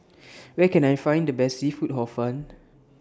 Where Can I Find The Best Seafood Hor Fun